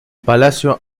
palacio